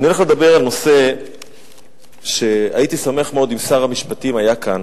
אני הולך לדבר על נושא שהייתי שמח מאוד אם שר המשפטים היה כאן